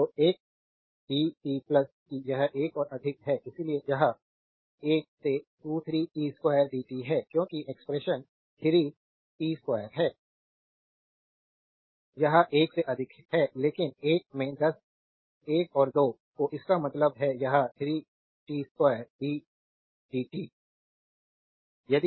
तो एक dt कि यह एक से अधिक है इसलिए यह एक से 2 3 t 2 dt है क्योंकि एक्सप्रेशन 3 t 2 है यह 1 से अधिक है लेकिन एक में दस 1 और 2 हो इसका मतलब है यह 3 t 2 d dt